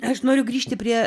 aš noriu grįžti prie